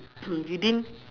you didn't